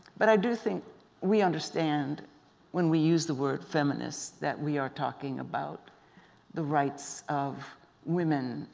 but i do think we understand when we use the word feminist, that we are talking about the rights of women,